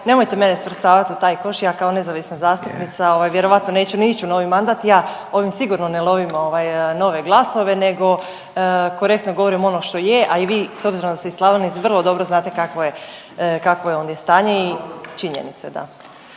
nemojte mene svrstavat u taj koš ja kao nezavisna zastupnica ovaj vjerojatno neću ni ići u novi mandat. Ja ovim sigurno ne lovim ovaj nove glasove nego korektno govorim ono što je, a i vi s obzirom da ste iz Slavonije vrlo dobro znate kakvo je, kakvo je ondje stanje i činjenice